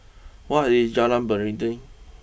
what is Jalan Beringin